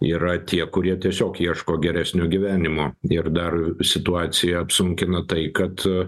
yra tie kurie tiesiog ieško geresnio gyvenimo ir dar situaciją apsunkina tai kad